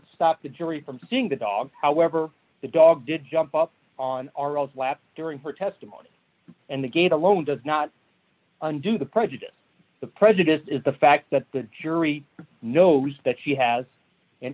stop the jury from seeing the dog however the dog did jump up on our old lap during her testimony and the gate alone does not and do the prejudice the prejudice is the fact that the jury knows that she has an